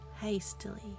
hastily